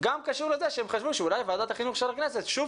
גם קשור לזה שהם חשבו שאולי ועדת החינוך של הכנסת שוב